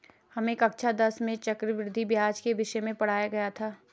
हमें कक्षा दस में चक्रवृद्धि ब्याज के विषय में पढ़ाया गया था